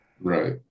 Right